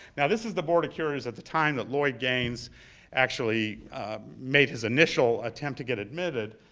yeah this is the board of curators at the time that lloyd gaines actually made his initial attempt to get admitted.